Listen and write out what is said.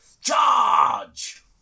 Charge